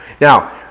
Now